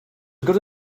good